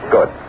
Good